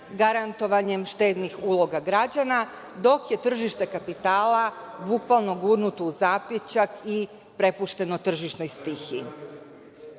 garantovanjem štednih uloga građana, dok je tržište kapitala bukvalno gurnuto u zapećak i prepušteno tržišnoj